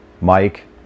Mike